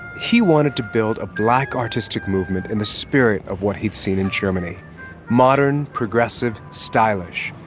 he wanted to build a black artistic movement in the spirit of what he'd seen in germany modern, progressive, stylish,